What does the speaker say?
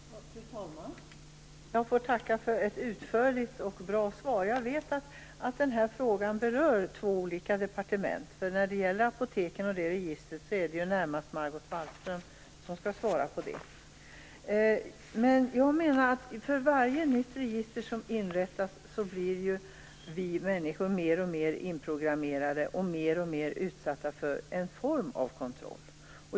Fru talman! Jag får tacka för ett utförligt och bra svar. Jag vet att den här frågan berör två olika departement. När det gäller apoteken och det registret är det närmast Margot Wallström som skall svara. Men jag menar att för varje nytt register som inrättas blir vi människor mer och mer inprogrammerade och mer och mer utsatta för en form av kontroll.